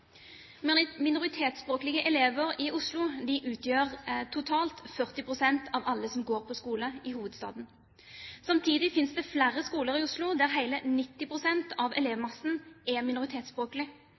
Minoritetsspråklige elever i Oslo utgjør totalt 40 pst. av alle som går på skole i hovedstaden. Samtidig finnes det flere skoler i Oslo der hele 90 pst. av